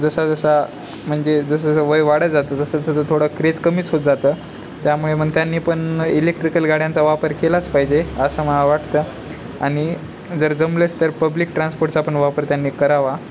जसा जसा म्हणजे जसं जसं वय वाढत जातं तसं तसं थोडं क्रेज कमीच होत जातं त्यामुळे मन त्यांनी पण इलेक्ट्रिकल गाड्यांचा वापर केलाच पाहिजे असं मला वाटतं आणि जर जमलेच तर पब्लिक ट्रान्सपोर्टचा पण वापर त्यांनी करावा